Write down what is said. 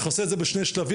אנחנו נעשה את זה בשני שלבים,